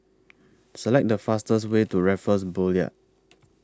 Select The fastest Way to Raffles Boulevard